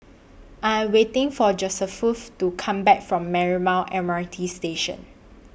I Am waiting For Josephus to Come Back from Marymount M R T Station